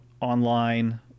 online